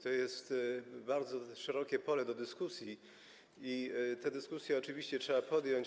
To jest bardzo szerokie pole do dyskusji i tę dyskusję oczywiście trzeba podjąć.